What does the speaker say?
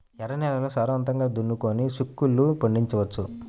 ఎర్ర నేలల్లో సారవంతంగా దున్నుకొని చిక్కుళ్ళు పండించవచ్చు